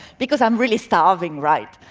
because i'm really starving, right.